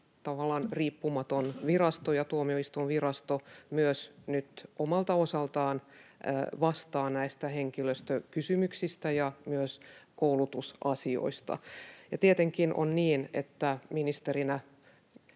riippumaton virasto, ja Tuomioistuinvirasto myös omalta osaltaan vastaa nyt näistä henkilöstökysymyksistä ja myös koulutusasioista. Tietenkin on niin, että ministerinä